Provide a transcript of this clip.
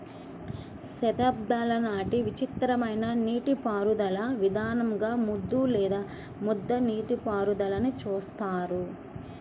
శతాబ్దాల నాటి విచిత్రమైన నీటిపారుదల విధానంగా ముద్దు లేదా ముద్ద నీటిపారుదలని చూస్తారు